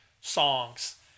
songs